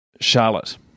Charlotte